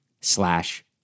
slash